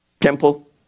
temple